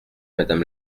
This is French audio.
madame